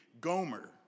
Gomer